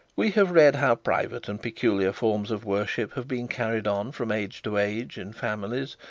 we have read how private and peculiar forms of worship have been carried on from age to age in families,